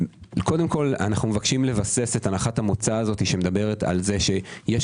קודם כל אנו מבקשים לבסס את הנחת המוצא הזו שמדברת על כך שיש